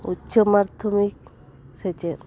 ᱩᱪᱪᱚ ᱢᱟᱫᱽᱫᱷᱚᱢᱤᱠ ᱥᱮᱪᱮᱫ